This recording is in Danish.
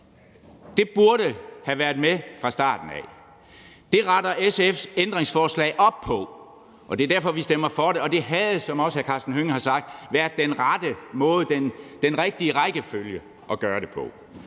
Det burde have været med fra starten af. Det retter SF's ændringsforslag op på, og det er derfor, vi stemmer for det. Og det havde, som også hr. Karsten Hønge har sagt, været den rette måde, den rigtige rækkefølge at gøre det i.